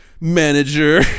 Manager